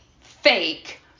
fake